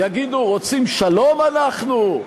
יגידו "רוצים שלום אנחנו"?